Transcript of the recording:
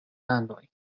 landoj